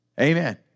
Amen